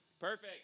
Perfect